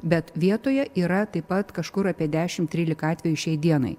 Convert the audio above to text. bet vietoje yra taip pat kažkur apie dešimt trylika atvejų šiai dienai